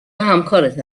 همکارت